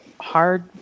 hard